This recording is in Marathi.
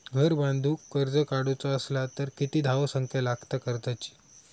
घर बांधूक कर्ज काढूचा असला तर किती धावसंख्या लागता कर्जाची?